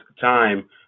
time